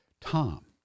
tom